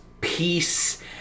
peace